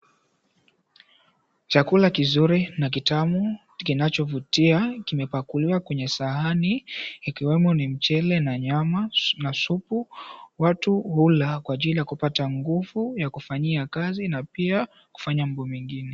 Chakula kizuri na kitamu kinachovutia kimepakuliwa kwenye sahani ikiwemo ni mchele na nyama na supu. Watu hula kwa ajili ya kupata nguvu ya kufanya kazi na pia kufanya mambo mengine.